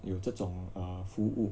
有这种 err 服务